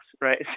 Right